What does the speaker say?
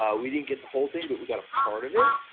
um we didn't get the whole thing, but we got a part of it,